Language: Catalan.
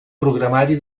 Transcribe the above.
programari